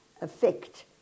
affect